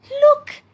Look